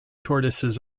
tortoises